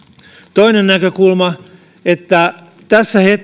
toinen näkökulma on että tässä